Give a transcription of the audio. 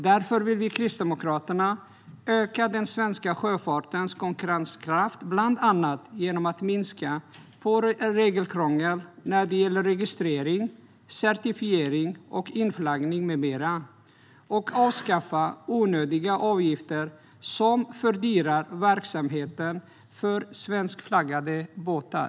Därför vill vi kristdemokrater öka den svenska sjöfartens konkurrenskraft, bland annat genom att minska på regelkrångel när det gäller registrering, certifiering, inflaggning med mera och avskaffa onödiga avgifter som fördyrar verksamheten för svenskflaggade båtar.